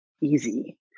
easy